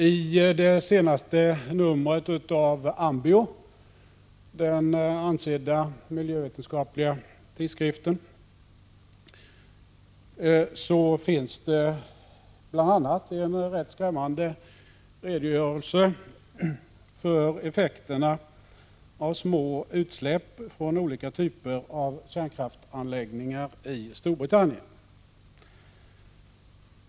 I det senaste numret av Ambio, den ansedda miljövetenskapliga tidskriften, finns det bl.a. en ganska skrämmande redogörelse för effekterna av små utsläpp från olika typer av kärnkraftsanläggningar i Storbritannien.